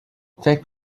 فکر